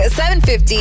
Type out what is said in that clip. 7.50